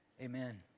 Amen